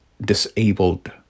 disabled